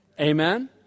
Amen